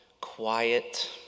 quiet